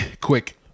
Quick